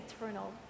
eternal